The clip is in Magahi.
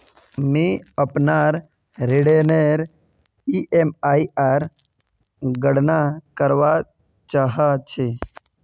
मि अपनार ऋणनेर ईएमआईर गणना करवा चहा छी